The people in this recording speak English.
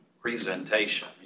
presentation